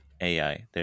AI